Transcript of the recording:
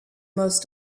most